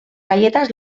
galletas